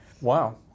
Wow